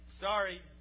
sorry